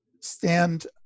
stand